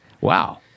Wow